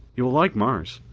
you will like mars.